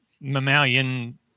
mammalian